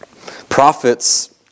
Prophets